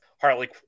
Harley